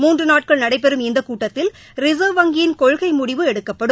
மூன்று நாட்கள் நடைபெறும் இந்த கூட்டத்தில் ரிசா்வ் வங்கியின் கொள்கை முடிவு எடுக்கப்படும்